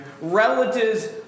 Relatives